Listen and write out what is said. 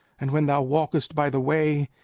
and when thou walkest by the way,